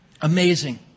Amazing